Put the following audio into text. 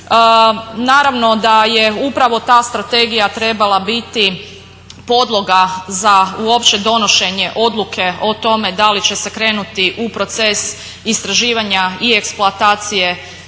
Naravno da je upravo ta strategija trebala biti podloga za uopće donošenje odluke o tome da li će se krenuti u proces istraživanja i eksploatacije